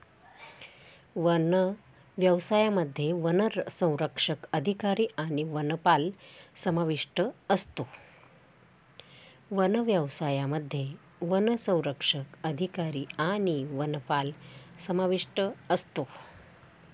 one व्यवसायामध्ये वनसंरक्षक अधिकारी आणि वनपाल समाविष्ट असतो